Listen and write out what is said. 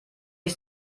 ich